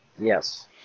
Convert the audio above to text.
Yes